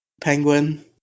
Penguin